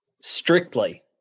strictly